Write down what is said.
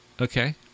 Okay